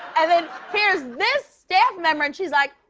and then here's this staff member, and she's like,